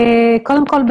קודם כול,